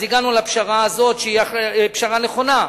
הגענו לפשרה הזאת, שהיא פשרה נכונה.